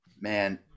man